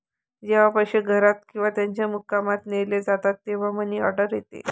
जेव्हा पैसे घरात किंवा त्याच्या मुक्कामात नेले जातात तेव्हा मनी ऑर्डर येते